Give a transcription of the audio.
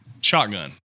shotgun